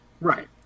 Right